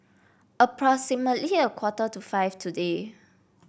approximately a quarter to five today